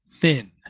thin